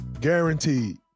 guaranteed